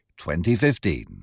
2015